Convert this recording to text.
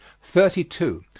thirty two.